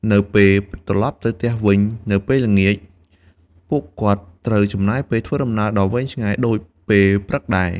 នៅពេលត្រឡប់ទៅផ្ទះវិញនៅពេលល្ងាច ពួកគាត់ត្រូវចំណាយពេលធ្វើដំណើរដ៏វែងឆ្ងាយដូចពេលព្រឹកដែរ។